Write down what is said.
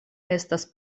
estas